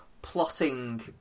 plotting